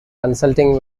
consulting